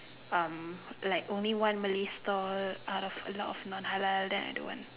um like only one Malay stall out a lot of non halal then I don't want